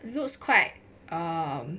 looks quite um